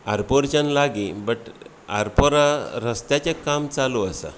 आरपोरच्यान लागीं बट आरपोरा रस्त्याचें काम चालू आसा